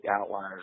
Outliers